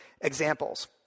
examples